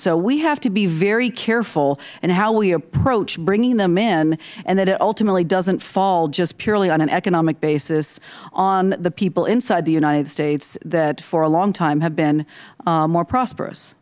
so we have to be very careful in how we approach bringing them in and that it ultimately doesn't fall just purely on an economic basis on the people inside the united states that for a long time have been more prosperous